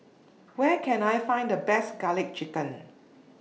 Where Can I Find The Best Garlic Chicken